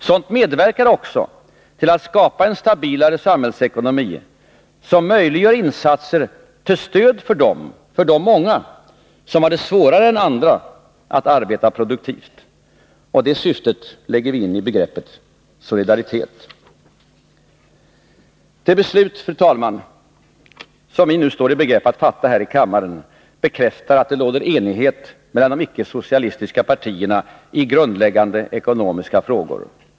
Sådant medverkar också till att skapa en stabilare samhällsekonomi som möjliggör insatser till stöd för de många som har svårare än andra att arbeta produktivt, och det syftet lägger vi in i begreppet solidaritet. Det beslut, fru talman, som vi nu står i begrepp att fatta här i kammaren bekräftar att det råder enighet mellan de icke-socialistiska partierna i grundläggande ekonomiska frågor.